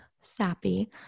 sappy